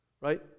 Right